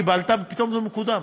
קיבלת, ופתאום זה מקודם.